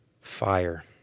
fire